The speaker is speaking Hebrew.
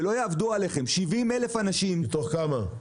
שלא יעבדו עליכם, 70,000 אנשים --- מתוך כמה?